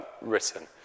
written